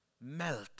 Melt